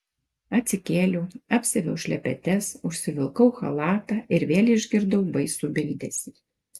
atsikėliau apsiaviau šlepetes užsivilkau chalatą ir vėl išgirdau baisų bildesį